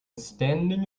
standing